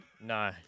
No